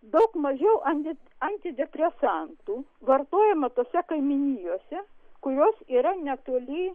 daug mažiau anti antidepresantų vartojama tose kaiminijose kurios yra netoli